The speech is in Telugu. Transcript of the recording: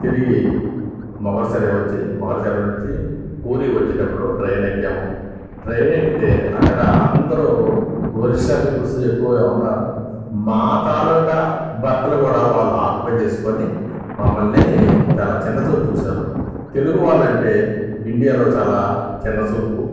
తిరిగి మొగల్సరై వచ్చి మొగల్సరై నుంచి పూరి వచ్చేటప్పుడు ట్రైన్ ఎక్కాము ట్రైన్ ఎక్కితే అక్కడ అందరూ ఒరిస్సా పీపల్సు ఎక్కువె ఉన్నారు మా తాలుకా బెర్త్లు కూడా వాళ్ళు ఆక్యూపై చేసుకుని మమ్మల్ని చాలా చిన్న చూపు చూశారు తెలుగు వాళ్ళు అంటే ఇండియాలో చాలా చిన్న చూపు